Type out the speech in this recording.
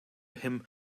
him